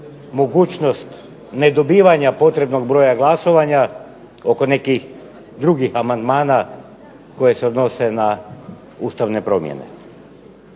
mogućnost nedobivanja potrebnog broja glasovanja oko nekih drugih amandmana koji se odnose na ustavne promjene.